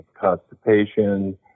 constipation